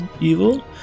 evil